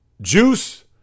juice